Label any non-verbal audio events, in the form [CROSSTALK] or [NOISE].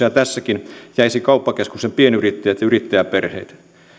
[UNINTELLIGIBLE] ja tässäkin uudistuksessa jäisivät kauppakeskusten pienyrittäjät ja yrittäjäperheet